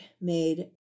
made